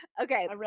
Okay